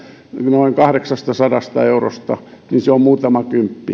noin kahdeksastasadasta eurosta niin se on muutaman kympin